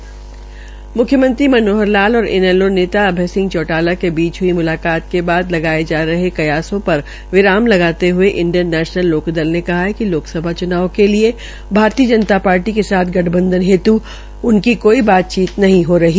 म्ख्यमंत्री मनोहर लाल और इनैलो नेता अभय सिंह चौटाला के बीच मुलाकात के बाद लगाये जारे कयासों पर विराम लगाते हये इंडियन नेशनल लोकदल ने कहा कि लोकसभा च्नाव के लिये भारतीय जनता पार्टी के साथ गठबंधन हेत् उनकी कोई बातचीत नहीं हो रही